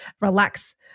relax